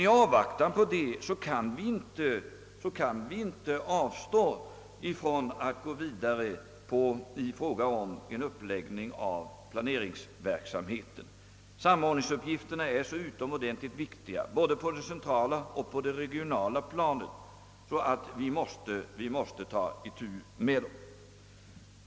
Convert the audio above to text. I avvaktan därpå kan vi inte avstå från att gå vidare i fråga om en uppläggning av planeringsverksamheten. Samordningsuppgifterna är så utomordentligt viktiga, både på det centrala och på det regionala planet, att vi måste ta itu med dem.